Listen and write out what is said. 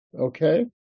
Okay